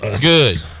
Good